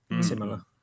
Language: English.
similar